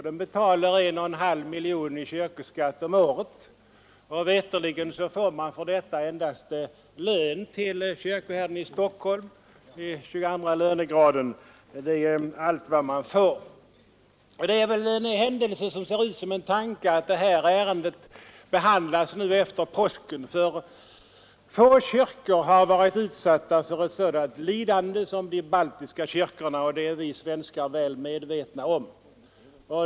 De betalar 1,5 miljoner kronor om året i kyrkoskatt. Veterligen får de för detta endast lön till kyrkoherden i Stockholm, 22 lönegraden. Det är allt vad man får. Det är väl en händelse som ser ut som en tanke att det här ärendet behandlas nu efter påsken. Få kyrkor har nämligen varit utsatta för ett sådant lidande som de baltiska kyrkorna, och det är vi svenskar också väl medvetna om.